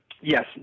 Yes